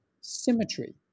symmetry